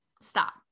stop